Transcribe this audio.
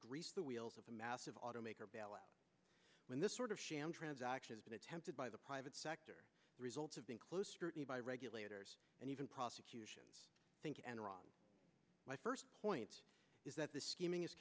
grease the wheels of a massive automaker bailout when this sort of sham transactions been attempted by the private sector the results have been close scrutiny by regulators and even prosecutions think enron my first point is that the scheming is